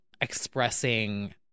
expressing